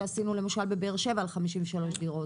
כפי שעשינו למשל בבאר שבע לגבי 53 דירות?